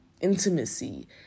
intimacy